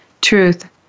truth